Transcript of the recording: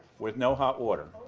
with no hot water.